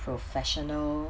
professional